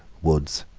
woods,